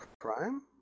Prime